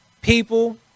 People